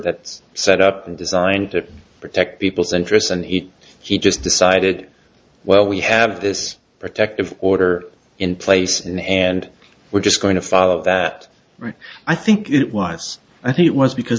that's set up and designed to protect people's interests and he he just decided well we have this protective order in place and we're just going to follow that right i think it was i think it was because